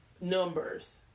numbers